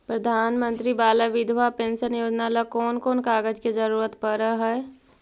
प्रधानमंत्री बाला बिधवा पेंसन योजना ल कोन कोन कागज के जरुरत पड़ है?